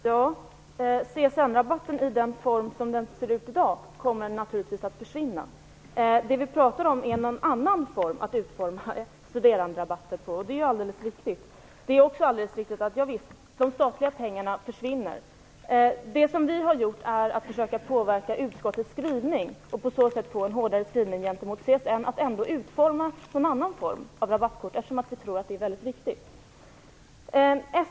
Fru talman! CSN-rabatten i den form som den har i dag kommer naturligtvis att försvinna. Det vi talar om är ett annat sätt att utforma studeranderabatter. Det är alldeles riktigt. Det är också alldeles riktigt att de statliga pengarna försvinner. Det som Vänsterpartiet har gjort är att försöka påverka utskottets skrivning och på så sätt få en hårdare skrivning gentemot CSN att utforma ett annat slags rabattkort, eftersom vi tror att det är väldigt viktigt.